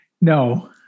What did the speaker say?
No